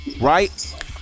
right